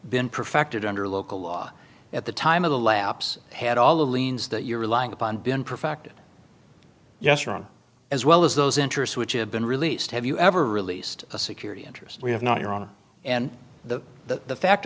been perfected under local law at the time of the lapse had all the liens that you're relying upon been perfected yes wrong as well as those interests which have been released have you ever released a security interest we have not your honor and the the fact